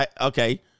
Okay